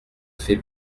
fait